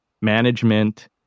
management